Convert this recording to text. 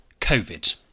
COVID